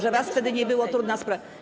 Że was wtedy nie było, trudna sprawa.